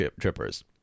trippers